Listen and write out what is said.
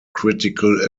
critical